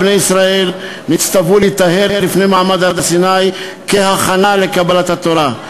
בני ישראל נצטוו להיטהר לפני מעמד הר-סיני כהכנה לקבלת התורה.